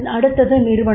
அடுத்தது நிறுவனம்